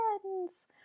friends